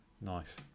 nice